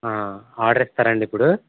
order ఇస్తారా అండి ఇప్పుడు